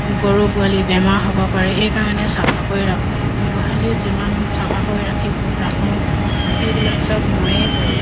গৰু পোৱালি বেমাৰ হ'ব পাৰে সেইকাৰণে চফাকৈ ৰাখোঁ গোহালি যিমান চফাকৈ ৰাখিব ৰাখোঁ সেইবিলাক চব ময়েই কৰোঁ